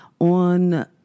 on